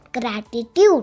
gratitude